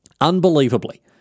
unbelievably